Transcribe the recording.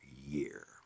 year